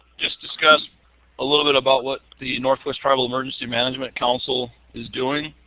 just discuss a little bit about what the northwest tribal emergency management council is doing.